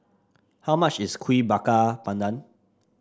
how much is Kuih Bakar Pandan